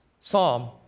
psalm